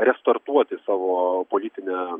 restartuoti savo politinę